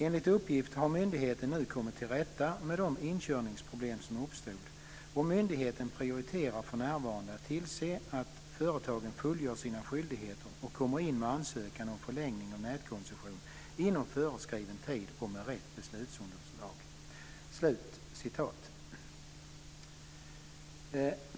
Enligt uppgift har myndigheten nu kommit till rätta med de inkörningsproblem som uppstod, och myndigheten prioriterar för närvarande att tillse att företagen fullgör sina skyldigheter och kommer in med ansökan om förlängning av nätkoncession inom föreskriven tid och med rätt beslutsunderlag."